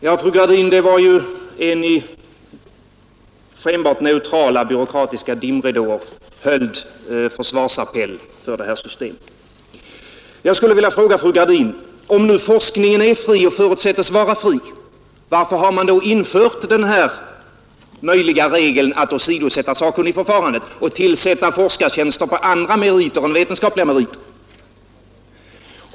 Herr talman! Det var en i skenbart neutrala byråkratiska dimridåer höljd försvarsappell för detta system! Jag skulle vilja fråga fru Gradin: Om nu forskningen är fri och förutsättes vara fri, varför har man då infört denna regel som möjliggör att man kan åsidosätta sakkunnigförfarandet och tillsätta forskartjänster på andra meriter än vetenskapliga?